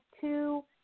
two